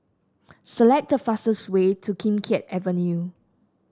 select the fastest way to Kim Keat Avenue